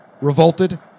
Revolted